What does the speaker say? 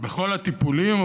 בכל הטיפולים,